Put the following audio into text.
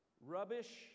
rubbish